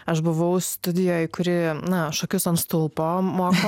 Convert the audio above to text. aš buvau studijoj kuri na šokius ant stulpo moko